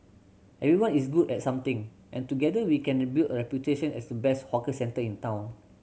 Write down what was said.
everyone is good at something and together we can build a reputation as the best hawker centre in town